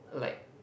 like